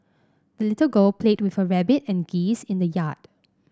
the little girl played with her rabbit and geese in the yard